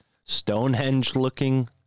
Stonehenge-looking